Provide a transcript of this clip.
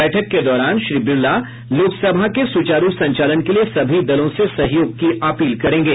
बैठक के दौरान श्री बिरला लोकसभा के सुचारू संचालन के लिए सभी दलों से सहयोग की अपील करेंगे